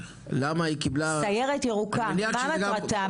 הסיירת הירוקה, מה מטרתה?